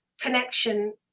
connection